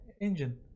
engine